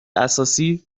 اساسی